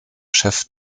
chef